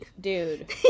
dude